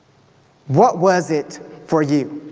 what was it for you?